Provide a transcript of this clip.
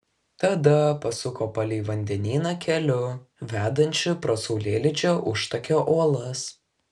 tada pasuko palei vandenyną keliu vedančiu pro saulėlydžio užtakio uolas